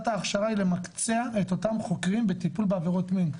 ההכשרה היא למקצע את אותם חוקרים בטיפול בעבירות מין,